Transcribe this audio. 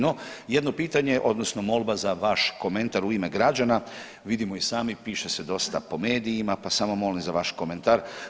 No, jedno pitanje odnosno molba za vaš komentar u ime građana, vidimo i sami piše se dosta po medijima, pa samo molim za vaš komentar.